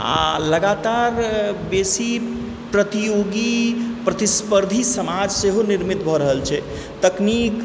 आओर लगातार बेसी प्रतियोगी प्रतिस्पर्धी समाज सेहो निर्मित भऽ रहल छै तकनीक